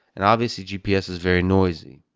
and obviously, gps is very noisy.